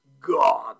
God